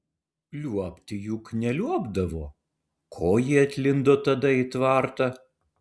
liuobti juk neliuobdavo ko ji atlindo tada į tvartą